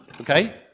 okay